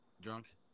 Drunk